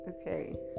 okay